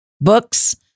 Books